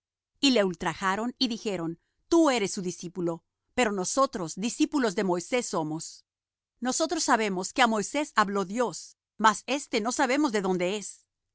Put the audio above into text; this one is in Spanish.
y le ultrajaron y dijeron tú eres su discípulo pero nosotros discípulos de moisés somos nosotros sabemos que á moisés habló dios mas éste no sabemos de dónde es